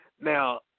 Now